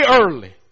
early